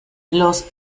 los